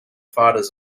fathers